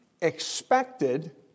expected